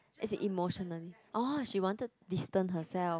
as in emotionally orh she wanted to distant herself